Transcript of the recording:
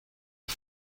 are